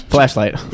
Flashlight